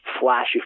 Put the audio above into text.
flashy